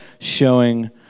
showing